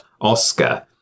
Oscar